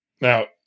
Now